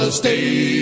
stay